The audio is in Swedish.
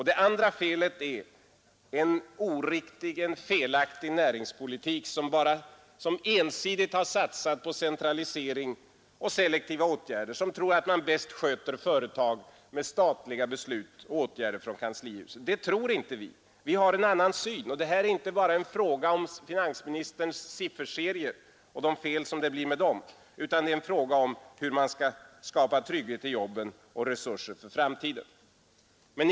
Det andra felet är en oriktig och felaktig näringspolitik som ensidigt har satsat på centralisering och selektiva åtgärder i tron att man bäst sköter företag med statliga beslut och åtgärder från kanslihuset. Det tror inte vi på. Vi har en annan syn. Det här är inte bara en fråga om finansministerns sifferserier och de fel som det blir med dem. Det är en fråga om hur man skall skapa trygghet i jobben och resurser för framtiden.